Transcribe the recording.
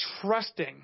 trusting